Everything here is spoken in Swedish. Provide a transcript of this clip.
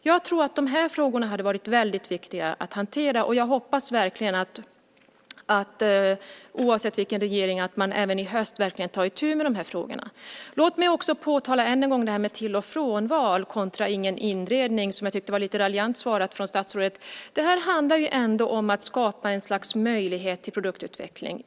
Jag tror att de här frågorna är väldigt viktiga att hantera, och jag hoppas verkligen att man, oavsett vilken regering det blir, i höst verkligen tar itu med de här frågorna. Låt mig också säga något, än en gång, om det här med till och frånval kontra ingen inredning. Jag tyckte att det var lite raljant svarat av statsrådet. Det här handlar ju ändå om att skapa ett slags möjlighet till produktutveckling.